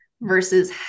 versus